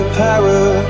power